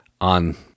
on